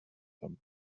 them